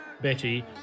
Betty